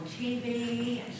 TV